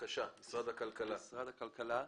משרד הכלכלה.